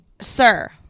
sir